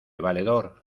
valedor